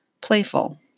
Playful